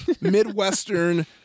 midwestern